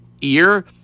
ear